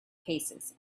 paces